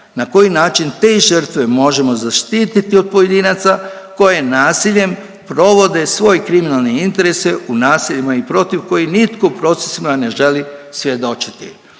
na koji način te žrtve možemo zaštiti od pojedinaca koje nasiljem provode svoje kriminalne interese u naseljima i protiv kojih nitko u procesima ne želi svjedočiti?